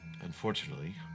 Unfortunately